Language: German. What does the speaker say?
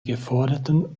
geforderten